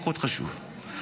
פחות חשוב,